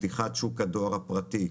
פתיחת שוק הדואר הפרטי.